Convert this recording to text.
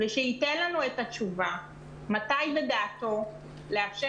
ושייתן לנו את התשובה מתי לדעתו לאפשר